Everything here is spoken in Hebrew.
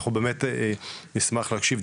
אנחנו באמת נשמח להקשיב,